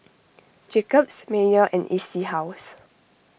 Jacob's Mayer and E C House